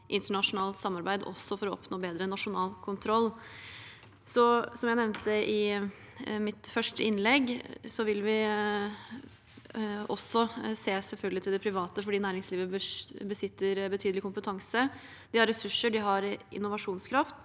internasjonalt samarbeid også for å oppnå bedre nasjonal kontroll. Som jeg nevnte i mitt første innlegg, vil vi selvfølgelig også se til det private, for næringslivet besitter betydelig kompetanse. De har ressurser, og de har innovasjonskraft.